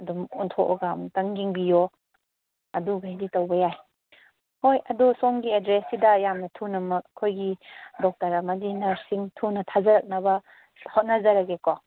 ꯑꯗꯨꯝ ꯑꯣꯟꯊꯣꯛꯂꯒ ꯑꯃꯨꯛꯇꯪ ꯌꯦꯡꯕꯤꯌꯣ ꯑꯗꯨꯒꯩꯗꯤ ꯇꯧꯕ ꯌꯥꯏ ꯍꯣꯏ ꯑꯗꯨ ꯁꯣꯝꯒꯤ ꯑꯦꯗ꯭ꯔꯦꯁꯀꯤꯗ ꯌꯥꯝꯅ ꯊꯨꯅꯃꯛ ꯑꯩꯈꯣꯏꯒꯤ ꯗꯣꯛꯇꯔ ꯑꯃꯗꯤ ꯅꯔꯁꯁꯤꯡ ꯊꯨꯅ ꯊꯥꯖꯔꯛꯅꯕ ꯍꯣꯠꯅꯖꯔꯒꯦꯀꯣ